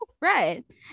right